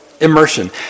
immersion